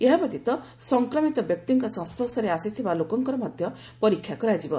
ଏହା ବ୍ୟତୀତ ସଂକ୍ରମିତ ବ୍ୟକ୍ତିଙ୍କ ସଂସ୍କର୍ଶରେ ଆସିଥିବା ଲୋକଙ୍କର ମଧ୍ୟ ପରୀକ୍ଷା କରାଯିବ